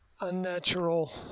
unnatural